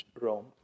Rome